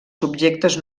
subjectes